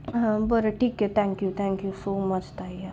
बरं ठीक आहे थँक्यू थँक्यू सो मच ताई यार